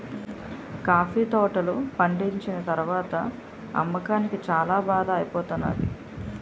coffee తోటలు పండిచ్చిన తరవాత అమ్మకానికి చాల బాధ ఐపోతానేది